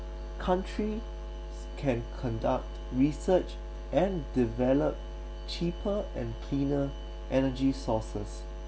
country can conduct research and develop cheaper and cleaner energy sources